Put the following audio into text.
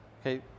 Okay